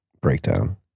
breakdown